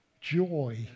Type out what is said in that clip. joy